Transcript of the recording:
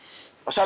עכשיו,